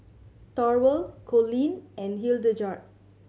Thorwald Coleen and Hildegard